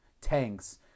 tanks